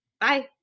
Bye